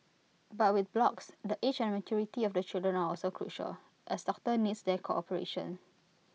but with blocks the age and maturity of the children are also crucial as doctor needs their cooperation